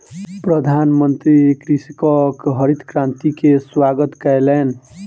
प्रधानमंत्री कृषकक हरित क्रांति के स्वागत कयलैन